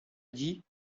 dit